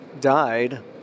died